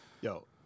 Yo